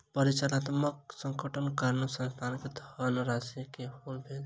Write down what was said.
परिचालनात्मक संकटक कारणेँ संस्थान के धनराशि के हानि भेल